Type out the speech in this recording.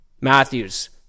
Matthews